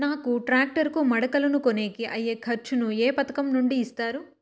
నాకు టాక్టర్ కు మడకలను కొనేకి అయ్యే ఖర్చు ను ఏ పథకం నుండి ఇస్తారు?